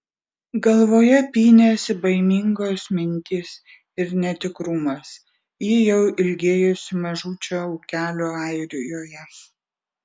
galvoje pynėsi baimingos mintys ir netikrumas ji jau ilgėjosi mažučio ūkelio airijoje